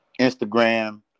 Instagram